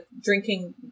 drinking